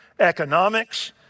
economics